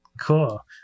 Cool